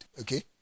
Okay